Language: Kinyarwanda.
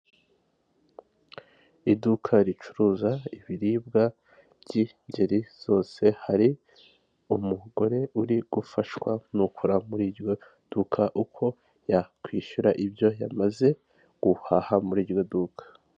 Iduka ricuruza ibiribwa by'ingeri zose, hari umugore uri gufashwa n'ukora muri iryo duka, uko yakishyura ibyo yamaze guhaha muri iryo duka.